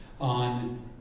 on